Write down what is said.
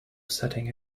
setting